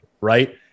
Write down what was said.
right